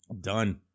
Done